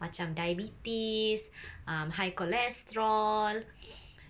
macam diabetes high cholesterol